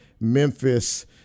memphis